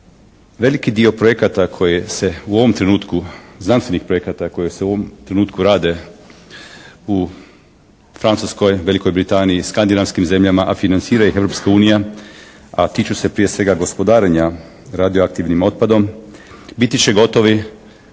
veliki dio projekata koji se u ovom trenutku, znanstvenih projekata koji se u ovom trenutku rade u Francuskoj, Velikoj Britaniji, Skandinavskim zemljama, a financira ih Europske unija a tiču se prije svega gospodarenja radioaktivnim otpadom biti će gotovi,